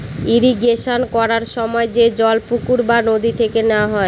irrigation করার সময় যে জল পুকুর বা নদী থেকে নেওয়া হয়